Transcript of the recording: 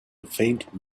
faint